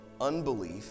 unbelief